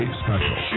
special